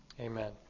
amen